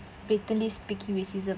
blatantly speaking racism